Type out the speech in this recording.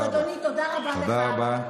אז אדוני, תודה רבה לך.